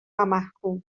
ومحکوم